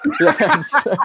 yes